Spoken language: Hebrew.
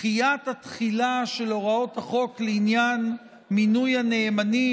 דחיית התחילה לעניין מינוי הנאמנים,